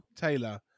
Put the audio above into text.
Taylor